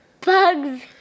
bugs